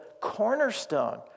cornerstone